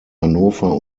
hannover